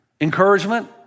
Encouragement